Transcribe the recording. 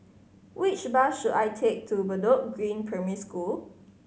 which bus should I take to Bedok Green Primary School